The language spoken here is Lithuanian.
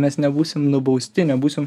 mes nebūsim nubausti nebūsim